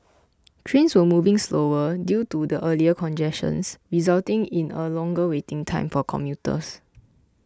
trains were moving slower due to the earlier congestions resulting in a longer waiting time for commuters